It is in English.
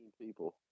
people